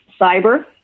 cyber